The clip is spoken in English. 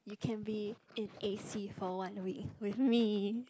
you can be in A_C for one week with me